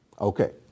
Okay